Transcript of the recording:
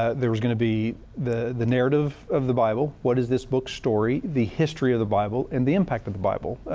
ah there was going to be the the narrative of the bible. what is this book's story the history of the bible and the impact of the bible.